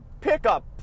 pickup